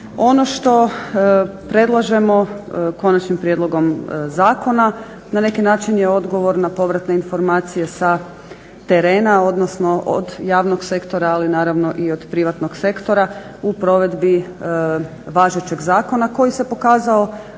Ono što predlažemo konačnim prijedlogom zakona na neki način je odgovor na povratne informacije sa terena odnosno od javnog sektora, ali naravno i od privatnog sektora u provedbi važećeg zakona koji se pokazao